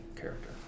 character